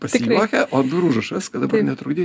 pasijuokia o ant durų užrašas kad netrukdyt